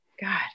God